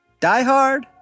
DieHard